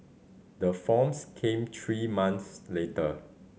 the forms came three months later